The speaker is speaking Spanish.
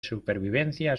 supervivencia